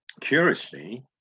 Curiously